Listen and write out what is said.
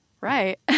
right